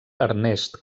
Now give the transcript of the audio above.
ernest